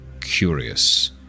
curious